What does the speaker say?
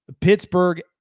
Pittsburgh